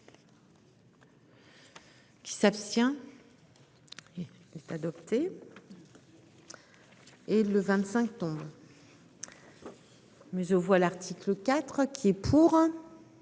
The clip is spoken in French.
Qui s'abstient. Est adopté. Et le 25 tombe. Mais je vois l'article IV. Qui est pour.